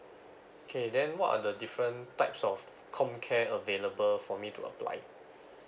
okay then what are the different types of com care available for me to apply